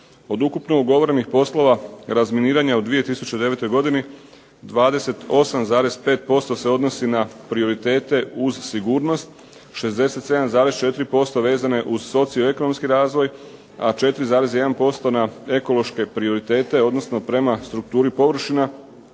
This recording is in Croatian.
Od ukupno ugovorenih poslova razminiranja u 2009. 28,5% se odnosi na prioritete uz sigurnost, 67,4% vezano je uz socioekonomski razvoj, a 4,1% na ekološke prioritete odnosno prema strukturi površina.